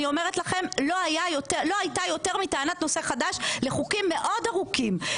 אני אומרת לכם שלא הייתה יותר מטענת נושא חדש לחוקים מאוד ארוכים.